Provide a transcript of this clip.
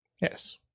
Yes